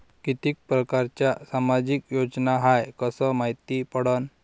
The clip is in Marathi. कितीक परकारच्या सामाजिक योजना हाय कस मायती पडन?